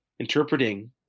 interpreting